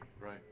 Right